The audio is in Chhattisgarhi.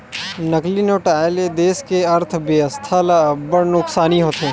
नकली नोट आए ले देस के अर्थबेवस्था ल अब्बड़ नुकसानी होथे